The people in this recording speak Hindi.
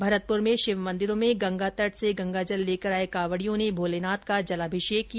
भरतपुर में शिव मंदिरों में गंगा तट से गंगा जल लेकर आये कावडियों ने भोलेनाथ का जलाभिषेक किया